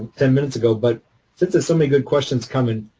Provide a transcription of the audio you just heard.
ten minutes ago. but since there's so many good questions coming,